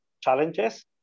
challenges